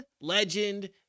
legend